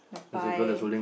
the pie